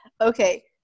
okay